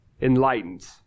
enlightened